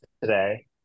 today